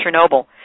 Chernobyl